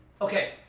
okay